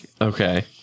Okay